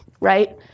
right